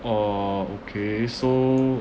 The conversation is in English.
uh okay so